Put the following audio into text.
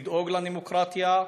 לדאוג לדמוקרטיה,